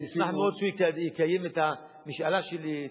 אני אשמח מאוד שהוא יקיים את המשאלה שלי,